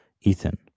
Ethan